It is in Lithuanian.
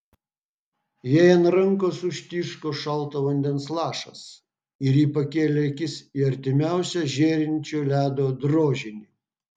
jai ant rankos užtiško šalto vandens lašas ir ji pakėlė akis į artimiausią žėrinčio ledo drožinį